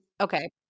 Okay